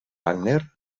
wagner